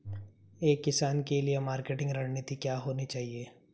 एक किसान के लिए मार्केटिंग रणनीति क्या होनी चाहिए?